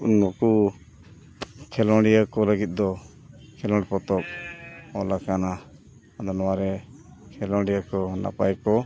ᱱᱩᱠᱩ ᱠᱷᱮᱞᱳᱰᱤᱭᱟᱹ ᱠᱚ ᱞᱟᱹᱜᱤᱫ ᱫᱚ ᱠᱷᱮᱞᱳᱰ ᱯᱚᱛᱚᱵ ᱚᱞ ᱟᱠᱟᱱᱟ ᱟᱫᱚ ᱱᱚᱣᱟ ᱨᱮ ᱠᱷᱮᱞᱳᱰᱤᱭᱟᱹ ᱠᱚ ᱱᱟᱯᱟᱭ ᱠᱚ